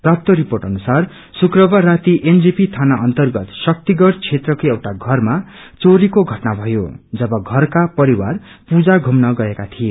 प्राप्त रिर्पोट अनुसार यशुक्रबार राती एनजेपी थाना अर्न्तगत शक्तिगढ़ क्षेत्रको एउटा घरमा चोरीको घटना भयो जब घरका परिवार पुजा घुम्न गएका थिए